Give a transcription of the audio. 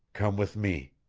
come with me!